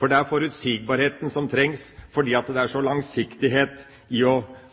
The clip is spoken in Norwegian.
For det er forutsigbarhet som trengs – det er langsiktighet i